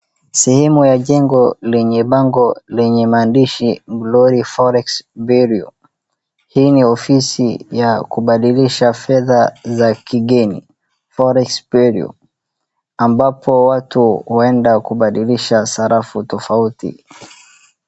Sehemu ya jengo lenye enye bango lenye maandishi Glory Forex Bureau hii ni ofisi ya kubadilisha fedha za kigeni forex bureau ambapo watu huenda kubadilisha sarafu tofauti.